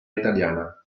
italiana